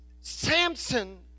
samson